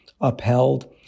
upheld